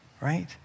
right